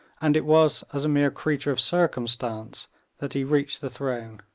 and it was as a mere creature of circumstance that he reached the throne.